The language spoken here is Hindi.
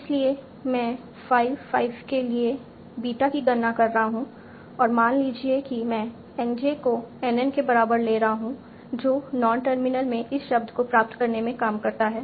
इसलिए मैं 5 5 के लिए बीटा की गणना कर रहा हूं और मान लीजिए कि मैं N j को NN के बराबर ले रहा हूं जो नॉन टर्मिनल में इस शब्द को प्राप्त करने में काम करता है